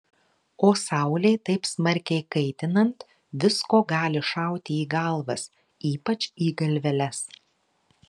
o saulei taip smarkiai kaitinant visko gali šauti į galvas ypač į galveles